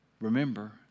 Remember